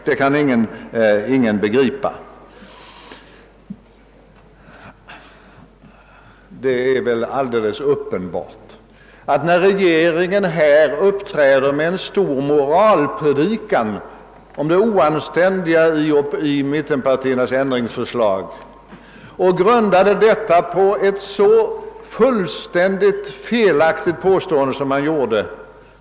Det är väl alldeles uppenbart att det var något sensationellt i denna kammares politiska debatthistoria när regeringen höll en stor moralpredikan om det oanständiga i mittenpartiernas ändringsförslag och grundade detta på ett så fullständigt felaktigt påstående som den gjorde.